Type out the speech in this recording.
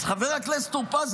אז חבר הכנסת טור פז,